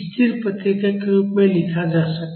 स्थिर प्रतिक्रिया के रूप में लिखा जा सकता है